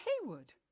Haywood